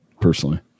personally